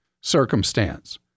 circumstance